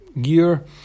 gear